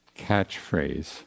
catchphrase